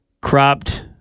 cropped